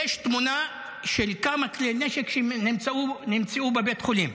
של כמה כלי נשק שנמצאו בבית החולים,